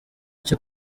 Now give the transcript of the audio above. icyo